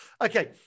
Okay